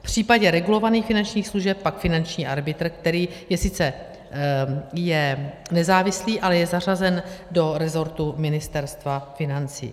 V případě regulovaných finančních služeb pak finanční arbitr, který je sice nezávislý, ale je zařazen do rezortu Ministerstva financí.